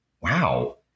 wow